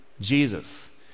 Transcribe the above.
Jesus